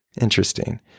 interesting